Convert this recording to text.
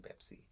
Pepsi